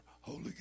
Holy